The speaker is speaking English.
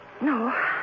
no